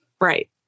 Right